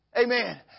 Amen